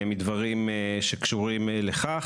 אני שואל את השאלה הפוך.